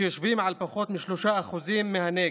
שיושבים על פחות מ-3% מהנגב,